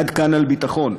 עד כאן על ביטחון.